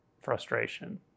frustration